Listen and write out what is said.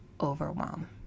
overwhelm